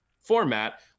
format